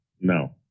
No